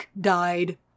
died